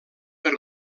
per